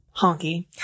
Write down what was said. Honky